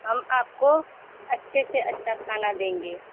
हम आपको अच्छे से अच्छा खाना देंगे